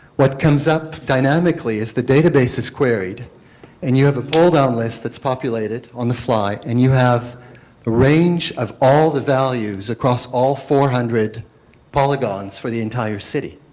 what comes up dynamically is the data base is queried and you have a pull down list that is populated on the fly and you have a range of all the values across all four hundred polygons for the entire city.